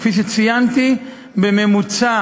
כפי שציינתי, בממוצע